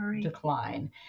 decline